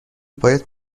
باید